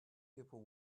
people